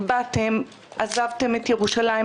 עזבתם את ירושלים,